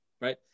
right